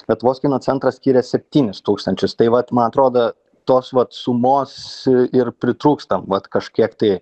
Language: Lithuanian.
lietuvos kino centras skyrė septynis tūkstančius tai vat man atrodo tos vat sumos ir pritrūksta vat kažkiek tai